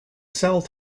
cell